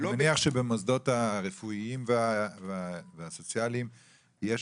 אני מניח שבמוסדות רפואיים או סוציאליים יש